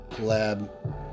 Lab